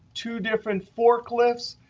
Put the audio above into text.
two different forklifts,